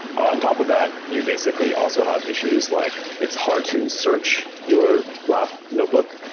on top of that, you basically also have issues like it's hard to search your lab notebook.